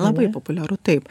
labai populiaru taip